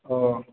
अ'